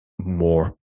more